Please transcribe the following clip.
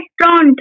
restaurant